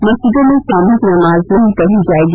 मस्जिदों में सामूहिक नमाज नहीं पढ़ी जायेगी